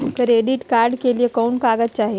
Credit card के लिए कौन कागज चाही?